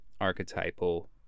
archetypal